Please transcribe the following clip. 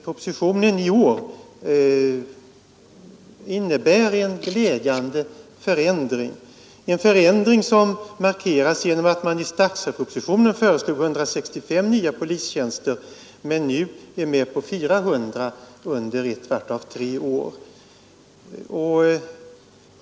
Propositionen i år innebär en statsverkspropositionen föreslog 165 nya tjänster men nu är med på 400 under vartdera av tre år.